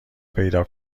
پیدا